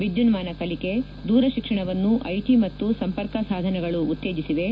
ವಿದ್ಯುನ್ನಾನ ಕಲಿಕೆ ದೂರ ಶಿಕ್ಷಣವನ್ನು ಐಟಿ ಮತ್ತು ಸಂಪರ್ಕ ಸಾಧನಗಳು ಉತ್ತೇಜಿಸಿವೆ